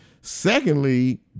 Secondly